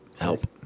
help